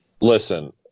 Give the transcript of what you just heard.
Listen